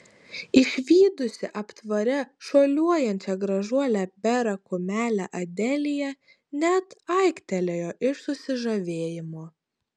išvydusi aptvare šuoliuojančią gražuolę bėrą kumelę adelija net aiktelėjo iš susižavėjimo